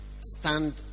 stand